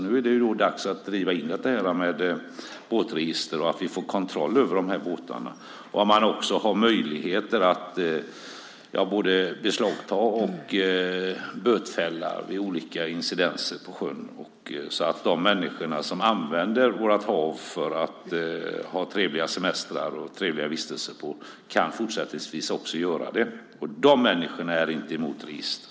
Nu är det väl dags att genomdriva det här med båtregister så att vi får kontroll över båtarna och har möjlighet att beslagta och bötfälla vid incidenter på sjön så att de som använder våra hav för trevliga semestrar och vistelser kan göra det också i fortsättningen. De människorna är inte emot register.